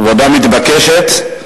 עבודה מתבקשת,